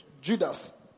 Judas